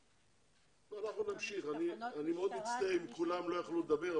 אני מאוד מצטער שכולם לא יכלו לדבר.